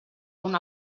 una